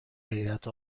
حیرت